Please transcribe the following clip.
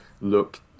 look